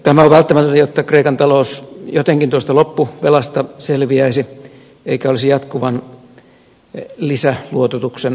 tämä on välttämätöntä jotta kreikan talous jotenkin tuosta loppuvelasta selviäisi eikä olisi jatkuvan lisäluototuksen varassa